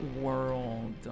world